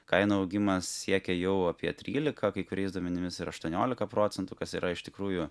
kainų augimas siekė jau apie trylika kai kuriais duomenimis ir aštuoniolika procentų kas yra iš tikrųjų